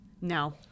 no